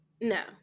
no